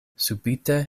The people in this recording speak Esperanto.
subite